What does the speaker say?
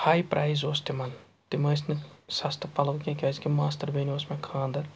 ہاے price اوس تِمَن تِم ٲسۍ نہٕ سَستہٕ پَلَو کینٛہہ کیاٛزِکہِ ماستٕر بیٚنہِ اوس مےٚ خانٛدَر